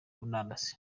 murandasi